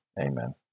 Amen